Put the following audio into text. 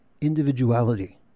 individuality